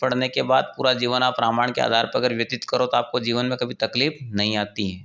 पढ़ने के बाद पूरा जीवन आप रामायण के आधार पर अगर व्यतीत करो तो आपको जीवन में कभी तकलीफ़ नहीं आती हैं